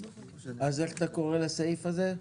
אז איך אתה קורא לסעיף הזה?